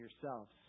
yourselves